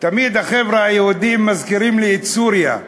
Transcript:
תמיד החבר'ה היהודים מזכירים לי את סוריה,